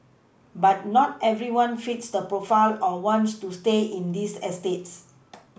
but not everyone fits the profile or wants to stay in these eStates